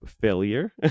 failure